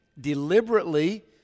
deliberately